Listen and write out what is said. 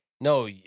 No